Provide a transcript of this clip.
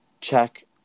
check